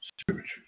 spiritual